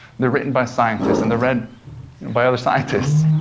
they're written by scientists, and they're read by other scientists,